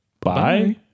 Bye